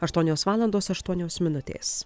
aštuonios valandos aštuonios minutės